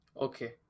Okay